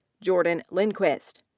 jordan lindquist.